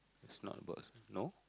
is not about no